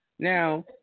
Now